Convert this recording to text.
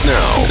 now